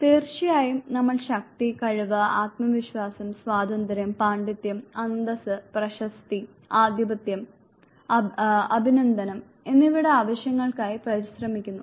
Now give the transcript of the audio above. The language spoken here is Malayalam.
തീർച്ചയായും നമ്മൾ ശക്തി കഴിവ് ആത്മവിശ്വാസം സ്വാതന്ത്ര്യം പാണ്ഡിത്യം അന്തസ്സ് പ്രശസ്തി ആധിപത്യം അന്തസ്സ് അഭിനന്ദനം എന്നിവയുടെ ആവശ്യങ്ങൾക്കായി പരിശ്രമിക്കുന്നു